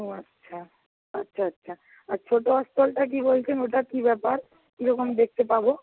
ও আচ্ছা আচ্ছা আচ্ছা আর ছোটো স্থলটা কী বলছেন ওটা কী ব্যাপার কীরকম দেখতে পাবো